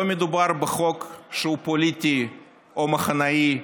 לא מדובר בחוק פוליטי או מחנאי,